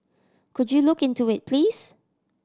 could you look into it please